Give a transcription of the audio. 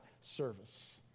service